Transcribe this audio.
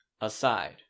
Aside